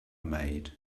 maid